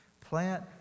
Plant